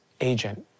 agent